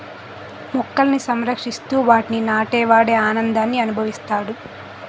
మొక్కలని సంరక్షిస్తూ వాటిని నాటే వాడు ఆనందాన్ని అనుభవిస్తాడు